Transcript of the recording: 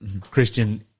Christian